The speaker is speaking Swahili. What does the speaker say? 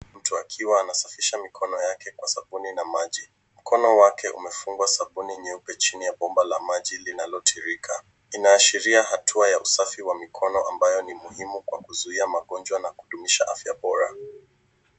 Mtub akiwa anasafisha mikono yake kwa sabuni na maji. Mkono wake umefungwa sabuni nyeupe chini ya bomba la maji linalotiririka. Inaashiria hatua ya usafi wa mikono ambayo ni muhimu kwa kuzuia magonjwa na kudumisha afya bora.